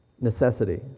necessity